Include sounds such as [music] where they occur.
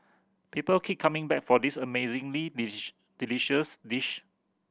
people keep coming back for this amazingly [unintelligible] delicious dish